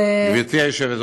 באותו נושא.